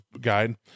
guide